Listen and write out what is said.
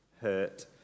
hurt